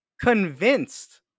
convinced